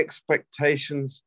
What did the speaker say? Expectations